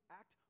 act